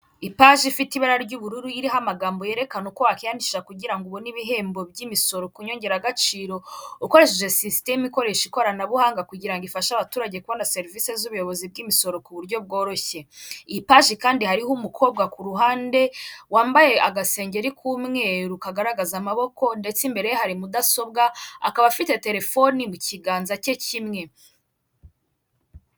Ipaji ifite ibara ry'ubururu iriho amagambo yerekana uko wakwikiyandisha kugira ubone ibihembo by'imisoro ku nyongeragaciro ukoresheje sisitemu ikoresha ikoranabuhanga kugirango ifashe abaturage kubona serivisi z'ubuyobozi bw'imisoro ku buryo bworoshye, iyipaji kandi hariho umukobwa ku ruhande wambaye agasengeri k'umweru kagaragaza amaboko ndetse imbere hari mudasobwa ,akaba afite telefoni mu kiganza cye kimwe.